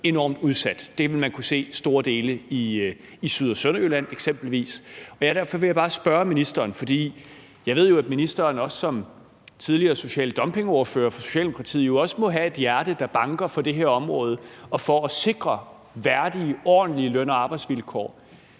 enormt udsat. Det vil man kunne se i store dele af eksempelvis Syd- og Sønderjylland. Derfor vil jeg bare spørge ministeren, for jeg ved jo, at ministeren som tidligere social dumping-ordfører for Socialdemokratiet jo også må have et hjerte, der banker for det her område og for at sikre værdige, ordentlige løn- og arbejdsvilkår: